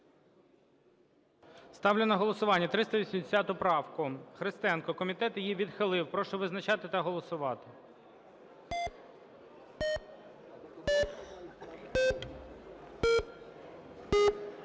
Ставлю на голосування 380 правку, Христенко. Комітет її відхилив. Прошу визначатись та голосувати.